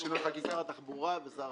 זה לא